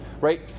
right